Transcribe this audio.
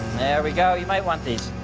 there we go. you might want these.